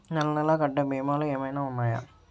నెల నెల కట్టే భీమాలు ఏమైనా ఉన్నాయా?